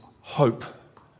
hope